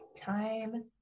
time